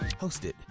hosted